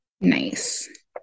Nice